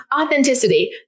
authenticity